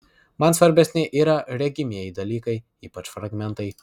man svarbesni yra regimieji dalykai ypač fragmentai